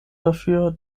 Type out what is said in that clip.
dafür